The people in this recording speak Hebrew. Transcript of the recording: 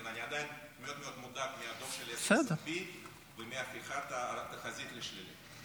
אבל אני עדיין מאוד מודאג מהדוח של SNAP ומהפיכת התחזית לשלילית.